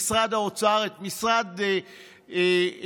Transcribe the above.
משרד האוצר, את משרד השיכון,